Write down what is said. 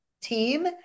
team